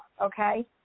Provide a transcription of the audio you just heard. okay